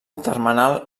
termenal